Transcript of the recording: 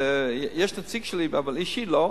יש נציג שלי, אבל אישית לא.